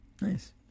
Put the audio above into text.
Nice